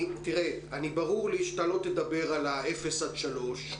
ברור לי שלא תדבר על אפס עד שלוש,